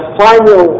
final